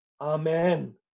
amen